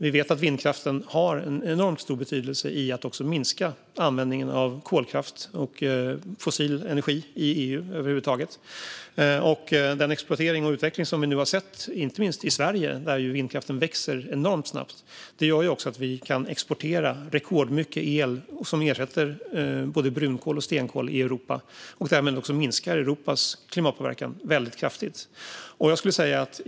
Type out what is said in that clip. Vi vet att vindkraften har en enormt stor betydelse i att minska användningen av kolkraft och fossil energi i EU över huvud taget. Den exploatering och utveckling som vi nu har sett inte minst i Sverige, där vindkraften växer enormt snabbt, gör att vi kan exportera rekordmycket el som ersätter både brunkol och stenkol i Europa och därmed också minskar Europas klimatpåverkan väldigt kraftigt.